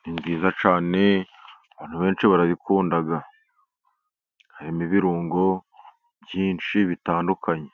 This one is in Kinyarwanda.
ni nziza cyane abantu benshi barabikunda, harimo ibirungo byinshi bitandukanye.